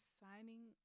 signing